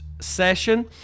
session